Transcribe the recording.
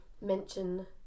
Mention